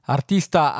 Artista